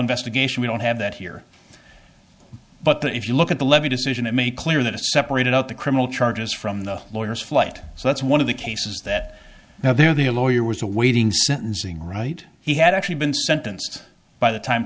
investigation we don't have that here but that if you look at the levy decision it made clear that a separated out the criminal charges from the lawyers flight so that's one of the cases that now they're the a lawyer was awaiting sentencing right he had actually been sentenced by the time